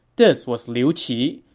this was liu qi,